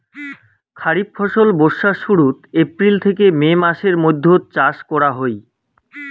খরিফ ফসল বর্ষার শুরুত, এপ্রিল থেকে মে মাসের মৈধ্যত চাষ করা হই